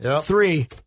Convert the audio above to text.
Three